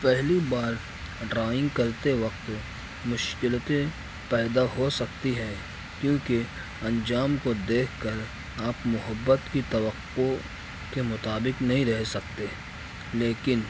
پہلی بار ڈرائنگ کرتے وقت مشکلیں پیدا ہو سکتی ہیں کیوںکہ انجام کو دیکھ کر آپ محبت کی توقع کے مطابق نہیں رہ سکتے لیکن